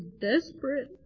desperate